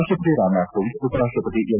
ರಾಷ್ಲಪತಿ ರಾಮನಾಥ್ ಕೋವಿಂದ್ ಉಪರಾಷ್ಟಪತಿ ಎಂ